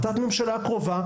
בהחלטת הממשלה הקרובה,